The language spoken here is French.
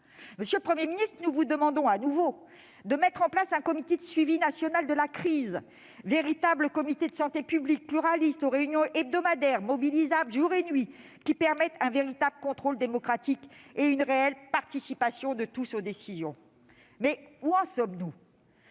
régime à la verticalité folle. Nous vous demandons, de nouveau, de mettre en place un comité de suivi national de la crise, véritable comité de santé publique, pluraliste, aux réunions hebdomadaires, mobilisable jour et nuit, afin de permettre un véritable contrôle démocratique et une réelle participation de tous aux décisions. Où en sommes-nous ?